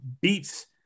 beats